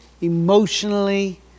emotionally